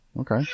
okay